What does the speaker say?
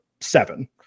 seven